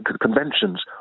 conventions